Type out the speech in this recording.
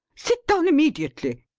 sit down immediately.